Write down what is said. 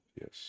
yes